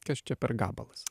kas čia per gabalas